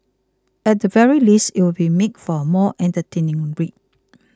at the very least it would make for a more entertaining read